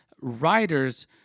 writers